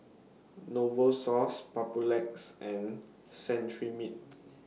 Novosource Papulex and Cetrimide